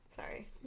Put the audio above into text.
Sorry